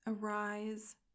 Arise